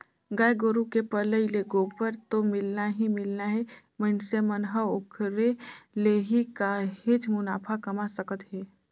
गाय गोरु के पलई ले गोबर तो मिलना ही मिलना हे मइनसे मन ह ओखरे ले ही काहेच मुनाफा कमा सकत हे